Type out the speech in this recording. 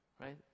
right